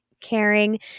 caring